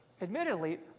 admittedly